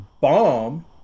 bomb